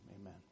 amen